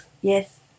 Yes